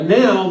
now